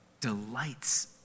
delights